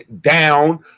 down